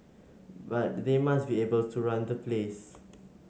but they must be able to run the place